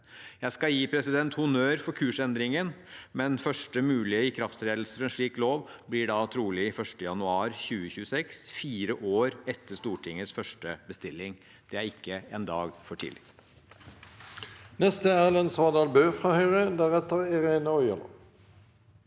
Jeg skal gi honnør for kursendringen, men første mulige ikrafttredelse for en slik lov blir trolig 1. januar 2026 – fire år etter Stortingets første bestilling. Det er ikke en dag for tidlig.